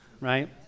right